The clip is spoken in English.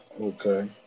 Okay